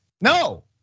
No